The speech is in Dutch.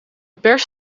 pers